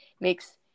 makes